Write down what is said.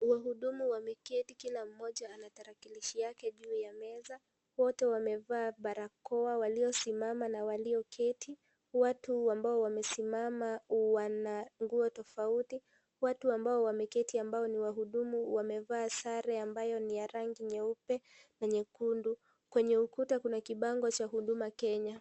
Wahudumu wameketi kila mmoja ana tarakilishi yake juu ya meza. Wote wamevaa barakoa, waliosimama na walioketi. Watu ambao wamesimama wana nguo tofauti. Watu ambao wameketi ambao ni wahudumu, wamevaa sare ambayo ni ya rangi nyeupe na nyekundu. Kwenye ukuta, kuna kibango cha Huduma Kenya.